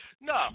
No